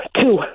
Two